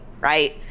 right